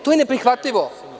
To je neprihvatljivo.